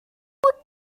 what